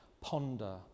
ponder